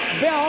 Bill